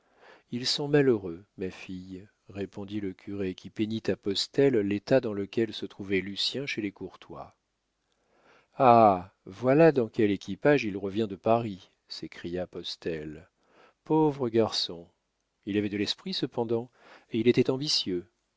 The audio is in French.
ils sont malheureux ma fille répondit le curé qui peignit à postel l'état dans lequel se trouvait lucien chez les courtois ah voilà dans quel équipage il revient de paris s'écria postel pauvre garçon il avait de l'esprit cependant et il était ambitieux